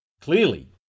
Clearly